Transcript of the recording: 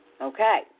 Okay